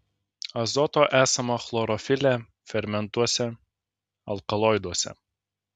azoto esama chlorofile fermentuose alkaloiduose